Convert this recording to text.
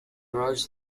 doors